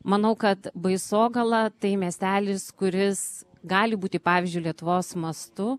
manau kad baisogala tai miestelis kuris gali būti pavyzdžiui lietuvos mastu